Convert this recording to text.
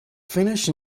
finished